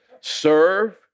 serve